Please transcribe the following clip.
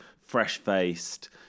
fresh-faced